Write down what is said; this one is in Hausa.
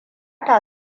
ta